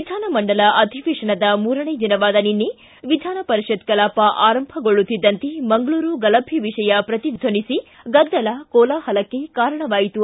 ವಿಧಾನಮಂಡಲ ಅಧಿವೇತನದ ಮೂರನೇ ದಿನವಾದ ನಿನ್ನೆ ವಿಧಾನಪರಿಷತ್ ಕಲಾಪ ಕಲಾಪ ಆರಂಭಗೊಳ್ಳುತ್ತಿದ್ದಂತೆ ಮಂಗಳೂರು ಗಲಭೆ ವಿಷಯ ಪ್ರತಿದ್ದನಿಸಿ ಗದ್ದಲ ಕೋಲಾಹಲಕ್ಕೆ ಕಾರಣವಾಯಿತು